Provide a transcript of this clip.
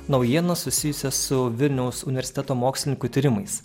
naujienas susijusias su vilniaus universiteto mokslininkų tyrimais